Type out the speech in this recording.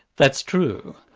that's true.